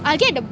I get the